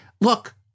Look